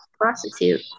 prostitute